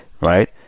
right